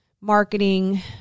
marketing